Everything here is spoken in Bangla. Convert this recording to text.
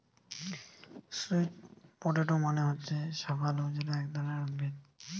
স্যুট পটেটো মানে হচ্ছে শাকালু যেটা এক ধরণের উদ্ভিদ